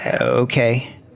Okay